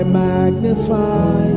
magnify